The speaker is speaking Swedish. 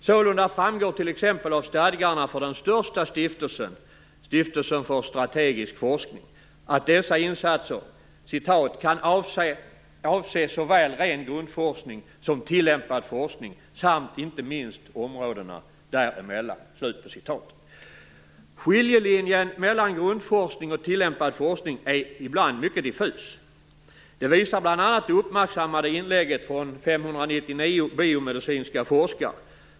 Sålunda framgår t.ex. av stadgarna för den största stiftelsen "kan avse såväl ren grundforskning som tillämpad forskning, samt inte minst områdena däremellan". Skiljelinjen mellan grundforskning och tillämpad forskning är ibland diffus. Det visar bl.a. det uppmärksammade inlägget från 599 biomedicinska forskare.